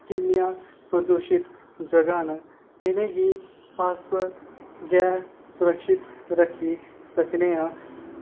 किन्नियां प्रदुषित जगह न इनेंगी अस गै सुरक्षित रक्खी सकने आं